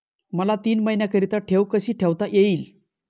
मला तीन महिन्याकरिता ठेव कशी ठेवता येईल?